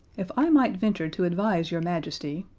if i might venture to advise your majesty,